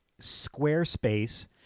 Squarespace